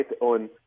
on